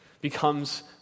becomes